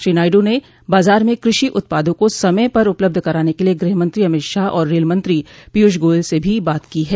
श्री नायडू ने बाजार में कृषि उत्पादों को समय पर उपलब्ध कराने के लिए गृहमंत्री अमित शाह और रेल मंत्री पीयूष गोयल से भी बात की है